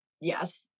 Yes